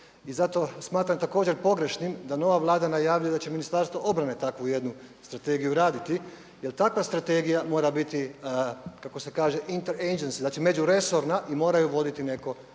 I zato smatram također pogrešnim da nova Vlada najavljuje da će Ministarstvo obrane takvu jednu strategiju raditi jer takva strategija mora biti kako se kaže inter agencije znači međuresorna i mora je voditi netko